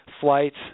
flights